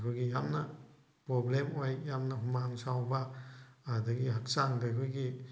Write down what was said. ꯑꯩꯈꯣꯏꯒꯤ ꯌꯥꯝꯅ ꯄ꯭ꯔꯣꯕ꯭ꯂꯦꯝ ꯑꯣꯏ ꯌꯥꯝꯅ ꯍꯨꯃꯥꯡ ꯁꯧꯕ ꯑꯗꯨꯗꯒꯤ ꯍꯛꯆꯥꯡꯗ ꯑꯩꯈꯣꯏꯒꯤ